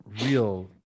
real